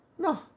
No